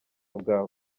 bwawe